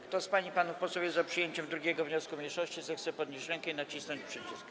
Kto z pań i panów posłów jest za przyjęciem 2. wniosku mniejszości, zechce podnieść rękę i nacisnąć przycisk.